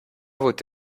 voté